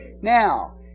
Now